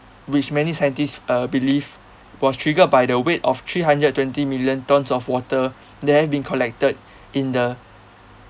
which many scientists uh believe was triggered by the weight of three hundred twenty million tonnes of water there have been collected in the